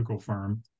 firm